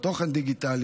תוכן דיגיטלי,